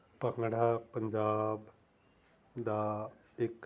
ਭੰਗੜਾ ਪੰਜਾਬ ਦਾ ਇੱਕ